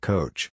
Coach